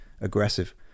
aggressive